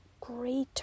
greater